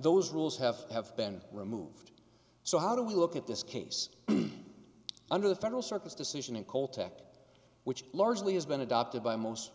those rules have have been removed so how do we look at this case under the federal circuit's decision and caltech which largely has been adopted by most